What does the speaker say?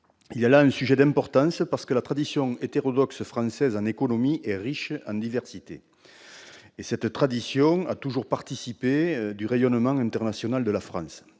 Il y a là un sujet d'importance, parce que la tradition hétérodoxe française en économie est riche en diversité et a toujours participé au rayonnement international de la France.